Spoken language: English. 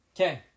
Okay